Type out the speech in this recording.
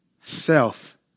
self